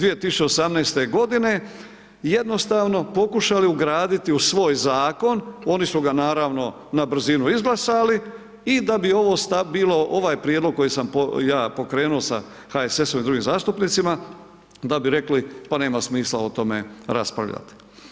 2018. g. jednostavno pokušali ugraditi u svoj zakon, oni su ga naravno na brzinu izglasali, i da bi ovo bilo, ovaj prijedlog koji sam ja pokrenuo ja sa HSS-om i drugim zastupnicima, da bi rekli pa nema smisla o tome raspravljati.